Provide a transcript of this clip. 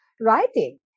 writing